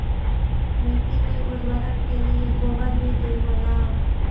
मिट्टी के उर्बरक के लिये गोबर भी दे हो न?